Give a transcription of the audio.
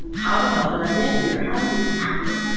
and how the hell did i get here? how did this happen?